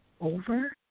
over